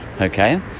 okay